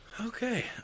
Okay